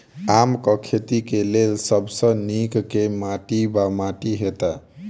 आमक खेती केँ लेल सब सऽ नीक केँ माटि वा माटि हेतै?